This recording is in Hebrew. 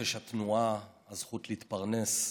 חופש התנועה, הזכות להתפרנס,